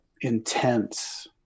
intense